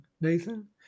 Nathan